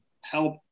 help